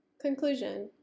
Conclusion